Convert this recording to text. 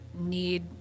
need